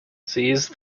seize